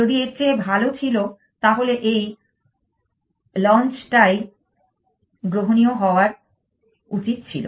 যদি এর চেয়ে ভাল ছিল তাহলে এই লঞ্চটাই গ্রহনীয় হওয়া উচিত ছিল